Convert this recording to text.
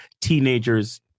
teenagers